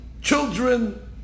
children